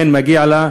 מגיע לה.